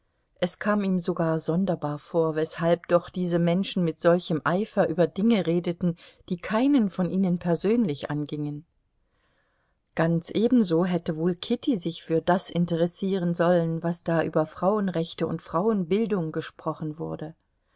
es kam ihm sogar sonderbar vor weshalb doch diese menschen mit solchem eifer über dinge redeten die keinen von ihnen persönlich angingen ganz ebenso hätte wohl kitty sich für das interessieren sollen was da über frauenrechte und frauenbildung gesprochen wurde